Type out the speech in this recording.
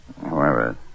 whoever